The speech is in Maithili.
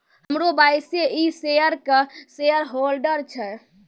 हमरो बॉसे इ शेयर के शेयरहोल्डर छै